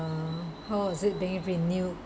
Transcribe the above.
how was it being renewed